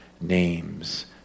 names